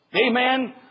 Amen